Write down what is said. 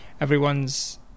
everyone's